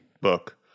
book